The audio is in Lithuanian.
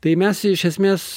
tai mes iš esmės